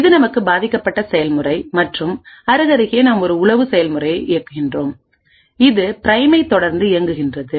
இது நமது பாதிக்கப்பட்ட செயல்முறை மற்றும் அருகருகே நாம் ஒரு உளவு செயல்முறையை இயக்குகிறோம் இது பிரைமைதொடர்ந்து இயக்குகின்றது